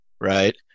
right